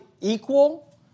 equal